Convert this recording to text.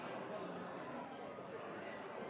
jeg at